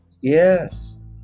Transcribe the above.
Yes